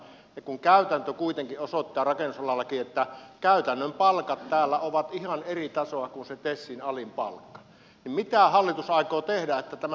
kun käytäntö kuitenkin osoittaa rakennusalallakin että käytännön palkat täällä ovat ihan eri tasoa kuin se tesin alin palkka mitä hallitus aikoo tehdä että tämä vääristymä saadaan pois